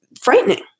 frightening